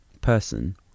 person